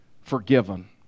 forgiven